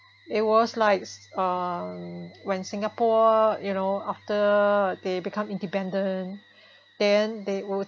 it was likes uh when singapore you know after they become independent then they will